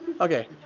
Okay